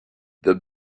the